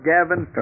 Gavin